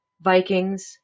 Vikings